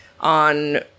on